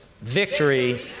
victory